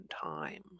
time